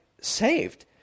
saved